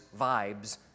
vibes